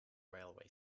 railway